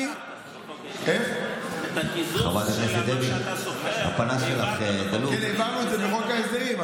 את הקיזוז של מה שאתה שוכר העברת העברנו את זה מחוק ההסדרים,